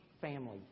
family